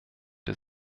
der